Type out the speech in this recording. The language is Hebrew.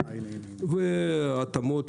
והתאמות,